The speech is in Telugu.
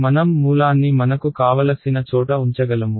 మనం మూలాన్ని మనకు కావలసిన చోట ఉంచగలము